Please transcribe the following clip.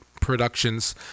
Productions